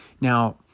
Now